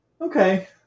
Okay